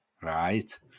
Right